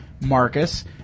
Marcus